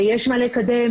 ויש מה לקדם,